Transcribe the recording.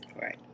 right